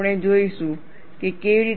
આપણે જોઈશું કે કેવી રીતે